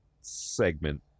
segment